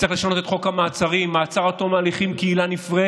צריך לשנות את חוק המעצרים: מעצר עד תום ההליכים כעילה נפרדת,